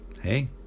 Hey